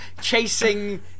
chasing